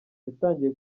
yatangiye